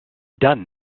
done